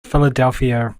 philadelphia